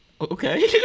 Okay